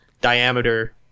diameter